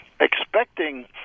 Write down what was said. expecting